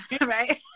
right